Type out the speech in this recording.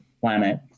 planet